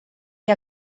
que